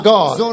God